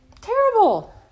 Terrible